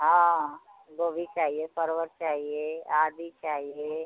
हाँ गोभी चाहिए परवल चाहिए आदि चाहिए